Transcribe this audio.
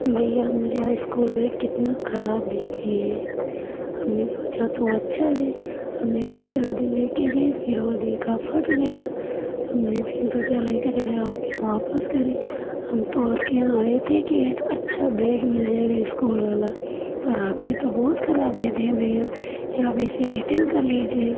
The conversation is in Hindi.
भइया आप मुझे यह इस्कूल बैग कितना खराब दे दिए हैं हमने सोचा तो अच्छा है हमने दो चार दिन लेके गए फिर वो देखा फट गया हमने फिर सोचा लेके चले आपके यहाँ वापस करें हम तो आपके यहाँ आए थे कि एक अच्छा बैग मिल जाएगा इस्कूल वाला पर आपने तो बहुत खराब दे दिया भइया ये आप इसे रिटर्न कर लीजिए